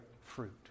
fruit